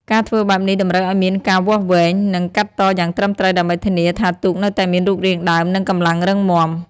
ការធ្វើបែបនេះតម្រូវឲ្យមានការវាស់វែង និងកាត់តយ៉ាងត្រឹមត្រូវ ដើម្បីធានាថាទូកនៅតែមានរូបរាងដើម និងកម្លាំងរឹងមាំ។